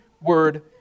Word